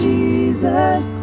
Jesus